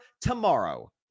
tomorrow